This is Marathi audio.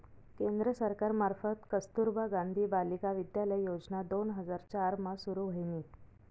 केंद्र सरकार मार्फत कस्तुरबा गांधी बालिका विद्यालय योजना दोन हजार चार मा सुरू व्हयनी